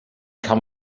come